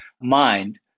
mind